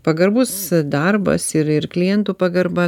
pagarbus darbas ir ir klientų pagarba